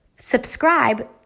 Subscribe